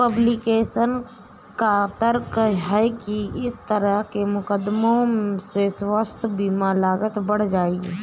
Republican का तर्क है कि इस तरह के मुकदमों से स्वास्थ्य बीमा लागत बढ़ जाएगी